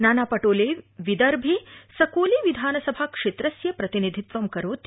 नाना परिले विदर्भे सकोली विधानसभा क्षेत्रस्य प्रतिनिधित्वं करोति